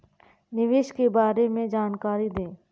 निवेश के बारे में जानकारी दें?